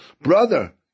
brother